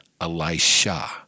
Elisha